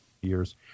years